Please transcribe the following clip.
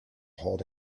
hold